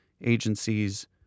agencies